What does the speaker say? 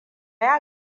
ya